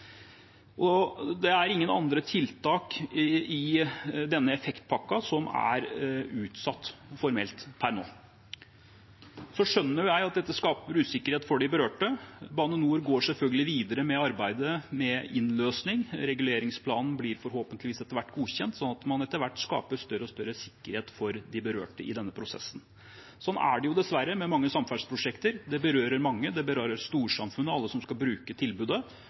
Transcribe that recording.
og det er ingen andre tiltak i denne effektpakken som er utsatt, formelt, per nå. Jeg skjønner at dette skaper usikkerhet for de berørte. Bane NOR går selvfølgelig videre med arbeidet med innløsning. Reguleringsplanen blir forhåpentligvis etter hvert godkjent, slik at man etter hvert skaper større og større sikkerhet for de berørte i denne prosessen. Slik er det dessverre med mange samferdselsprosjekter, at det berører mange. Det berører storsamfunnet og alle som skal bruke tilbudet,